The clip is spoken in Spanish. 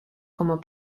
como